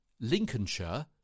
Lincolnshire